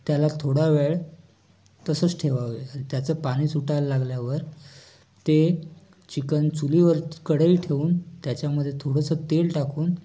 त्याला थोडा वेळ तसंच ठेवावं त्याचं पाणी सुटायला लागल्यावर ते चिकन चुलीवरच कढई ठेवून त्याच्यामध्ये थोडंसं तेल टाकून